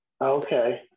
Okay